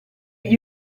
gli